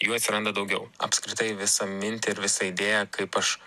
jų atsiranda daugiau apskritai visą mintį ir visą idėją kaip aš